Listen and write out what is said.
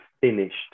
finished